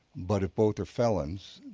but if both are felons,